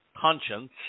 conscience